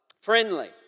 friendly